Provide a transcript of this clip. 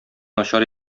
начар